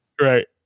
Right